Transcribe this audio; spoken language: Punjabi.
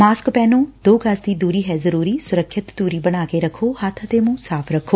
ਮਾਸਕ ਪਹਿਨੋ ਦੋ ਗਜ਼ ਦੀ ਦੂਰੀ ਹੈ ਜ਼ਰੂਰੀ ਸੁਰੱਖਿਅਤ ਦੂਰੀ ਬਣਾ ਕੇ ਰਖੋ ਹੱਬ ਅਤੇ ਮੁੰਹ ਸਾਫ਼ ਰੱਖੋ